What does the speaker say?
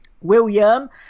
William